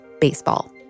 baseball